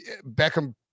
Beckham